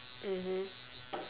mmhmm